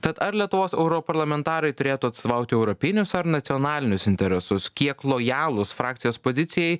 tad ar lietuvos europarlamentarai turėtų atstovauti europinius ar nacionalinius interesus kiek lojalūs frakcijos pozicijai